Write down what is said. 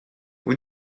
vous